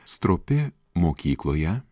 stropi mokykloje